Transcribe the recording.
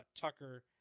Tucker